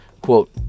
Quote